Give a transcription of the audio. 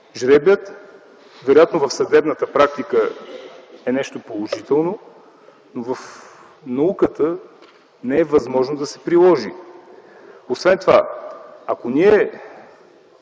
жребий. Вероятно в съдебната практика жребият е нещо положително, но в науката не е възможно да се приложи. Освен това, ако ние